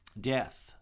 death